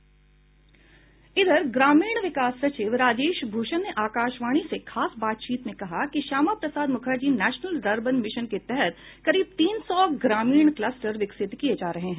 इधर ग्रामीण विकास सचिव राजेश भूषण ने आकाशवाणी से खास बातचीत में कहा कि Shyama Prasad Mukherjee national rurban mission के तहत करीब तीन सौ ग्रामीण क्लस्टर विकसित किए जा रहे हैं